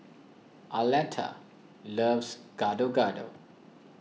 Arletta loves Gado Gado